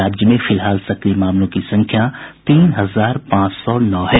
राज्य में फिलहाल सक्रिय मामलों की संख्या तीन हजार पांच सौ नौ है